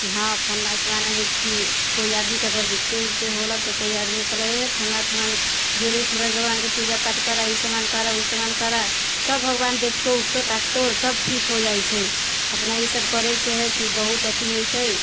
की हँ फलना ठमा है कि कोइ आदमीके अगर दिक्कत उकते हो गेलक तऽ कोइ आदमी कहलक हे फलना ठमा गेली सूरज भगवानके पूजा पाठ करै ई सामान करै उ सामान करै सब भगवान देखतौ उखतौ ताकतौ सब ठीक हो जाइ छै अपना ई सब करैसँ है की बहुत अथी होइ छै